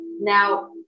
now